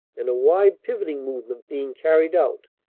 and a wide pivoting movement being carried out,